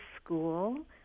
school